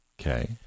Okay